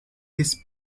this